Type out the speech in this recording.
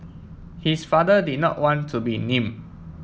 his father did not want to be named